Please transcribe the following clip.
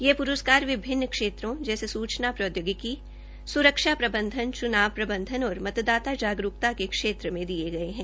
ये पुरस्कार विभिन्न क्षेत्रों जैसे सूचना प्रोद्यौगिकी सुरक्षा प्रबंधन चुनाव प्रबंधन और मतदाता जागरूकता के क्षेत्र में दिये गए हैं